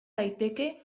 daiteke